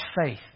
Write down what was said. faith